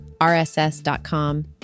RSS.com